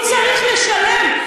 הוא צריך לשלם.